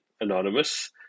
anonymous